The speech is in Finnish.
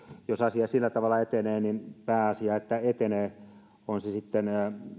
jos asia sillä tavalla etenee pääasia on että etenee olkoon se sitten